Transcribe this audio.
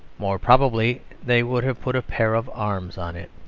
more probably they would have put a pair of arms on it,